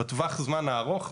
בטווח זמן הארוך,